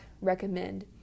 recommend